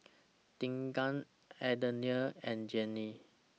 Deegan Adelia and Jenni